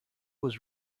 was